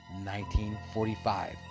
1945